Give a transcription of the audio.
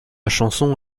chanson